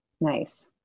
Nice